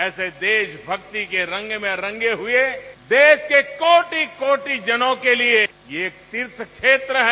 ऐसे देशभक्ति के रंग में रंगे हुए देश की कोटि कोटि जनों के लिए यह तीर्थ क्षेत्र है